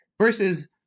versus